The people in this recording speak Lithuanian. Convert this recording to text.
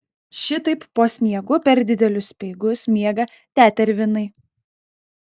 šitaip po sniegu per didelius speigus miega tetervinai